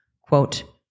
quote